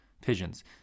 pigeons